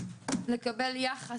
לקבל יחס,